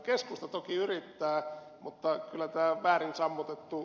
keskusta toki yrittää mutta kyllä tämä on väärin sammutettu